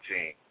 Team